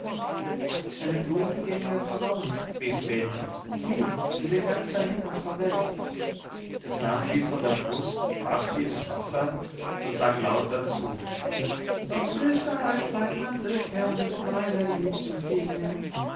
meine blumen gehen mir voraus rief vrenchen sieh sie sind ganz dahin und verwelkt es nahm sie von der brust warf sie ins wasser und sang laut dazu doch süßer als ein mandelkern ist meine lieb zu dir